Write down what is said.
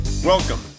Welcome